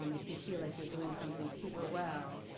um if you feel like you're doing something super well,